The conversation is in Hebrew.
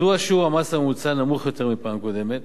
מדוע שיעור המס הממוצע נמוך יותר מהפעם הקודמת,